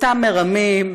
אותם מרמים,